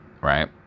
right